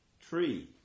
tree